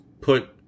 put